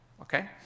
okay